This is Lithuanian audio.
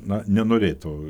na nenorėtų